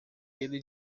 ele